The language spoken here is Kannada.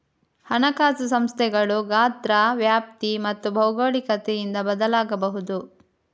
ಹಣಕಾಸು ಸಂಸ್ಥೆಗಳು ಗಾತ್ರ, ವ್ಯಾಪ್ತಿ ಮತ್ತು ಭೌಗೋಳಿಕತೆಯಿಂದ ಬದಲಾಗಬಹುದು